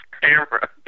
camera